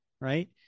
right